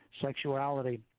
sexuality